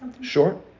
Sure